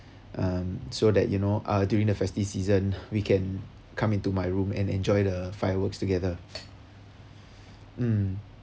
and so that you know uh during the festive season we can come into my room and enjoy the fireworks together mm